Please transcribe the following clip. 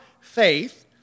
faith